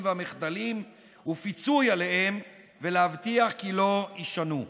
והמחדלים ופיצוי עליהם ולהבטיח כי לא יישנו.